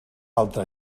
altra